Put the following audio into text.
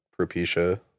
Propecia